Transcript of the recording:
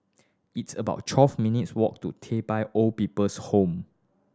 it's about twelve minutes' walk to Old People's Home